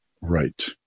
Right